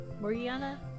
Morgiana